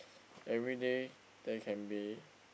everyday there can be